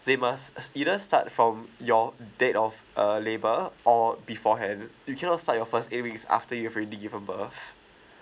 they must either start from your date of uh labour or beforehand you cannot start your first eight weeks after you've already give a birth